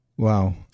Wow